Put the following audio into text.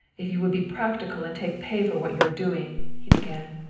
if you would be practical and take pay for what you are doing, he began.